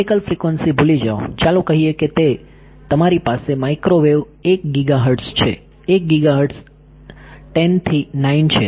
optical frequency ભૂલી જાઓ ચાલો કહીએ કે તમારી પાસે માઇક્રોવેવ 1 ગીગાહર્ટ્ઝ છે 1 ગીગાહર્ટ્ઝ 10 થી 9 છે